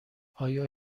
آیا